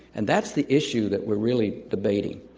and that's the issue that we're really debating.